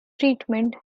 treatment